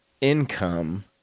income